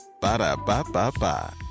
Ba-da-ba-ba-ba